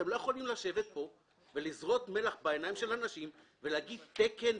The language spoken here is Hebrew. אתם לא יכולים לשבת פה ולזרות מלח בעיניים של אנשים ולהגיד: תקן,